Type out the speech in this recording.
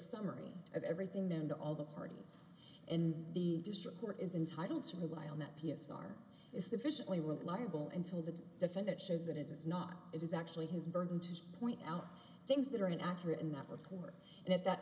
summary of everything known to all the parties in the district court is entitled to rely on that p s r is sufficiently reliable and so the defendant shows that it is not it is actually his burden to point out things that are inaccurate in that report and at that